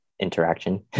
interaction